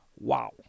Wow